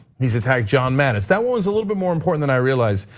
he's attacked john mattis, that was a little bit more important than i realize,